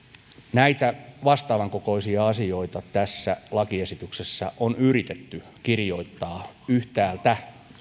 näitä vastaavankokoisia asioita tässä lakiesityksessä on yritetty yhtäältä